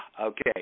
okay